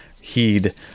heed